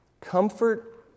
comfort